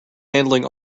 handling